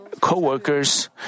co-workers